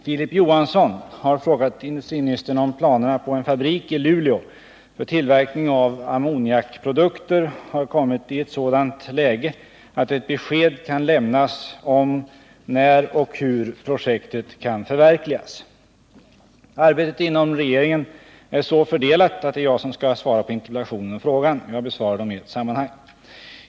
Filip Johansson har frågat industriministern om planerna på en fabrik i Luleå för tillverkning av ammoniakprodukter har kommit i ett sådant läge att ett besked kan lämnas om när och hur projektet kan förverkligas. Arbetet inom regeringen är så fördelat att det är jag som skall svara på interpellationen och frågan. Jag besvarar dem i ett sammanhang.